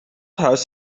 huis